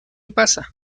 pasa